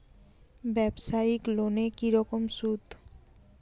ব্যবসায়িক লোনে কি রকম সুদ?